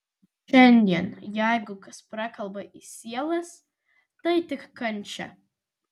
šiandien jeigu kas prakalba į sielas tai tik kančia